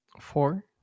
Four